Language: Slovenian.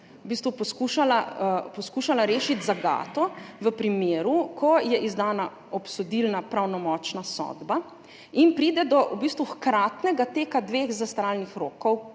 poskušala rešiti zagato v primeru, ko je izdana obsodilna pravnomočna sodba in lahko pride do v bistvu hkratnega teka dveh zastaralnih rokov